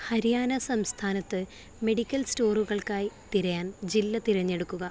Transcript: ഹരിയാന സംസ്ഥാനത്ത് മെഡിക്കൽ സ്റ്റോറുകൾക്കായി തിരയാൻ ജില്ല തിരഞ്ഞെടുക്കുക